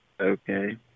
Okay